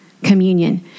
communion